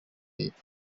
y’epfo